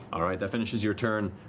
all right, that finishes your turn.